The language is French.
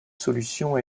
solutions